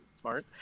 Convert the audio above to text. smart